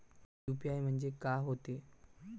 UPI म्हणजे का होते?